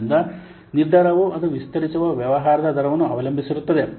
ಆದ್ದರಿಂದ ನಿರ್ಧಾರವು ಅದು ವಿಸ್ತರಿಸುವ ವ್ಯವಹಾರದ ದರವನ್ನು ಅವಲಂಬಿಸಿರುತ್ತದೆ